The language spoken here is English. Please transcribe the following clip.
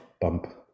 bump